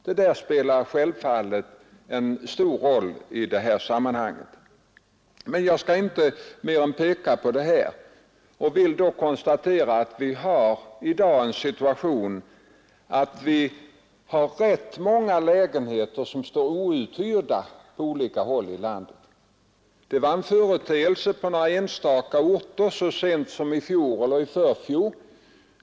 Det spelar självfallet stor roll i detta sammanhang. Men jag skall inte mer än peka på detta och vill konstatera att rätt många lägenheter på olika håll i landet står outhyrda i dag. Det var en företeelse på enstaka orter så sent som i fjol och i förfjol.